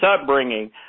upbringing